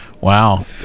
wow